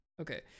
Okay